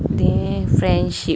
mm friendship